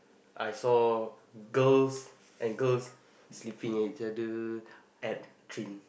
I saw girls and girls sleeping at each other at clean